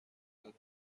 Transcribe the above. دلت